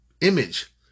image